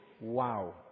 Wow